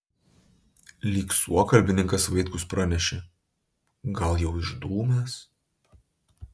lyg suokalbininkas vaitkus pranešė gal jau išdūmęs